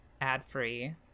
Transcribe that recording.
ad-free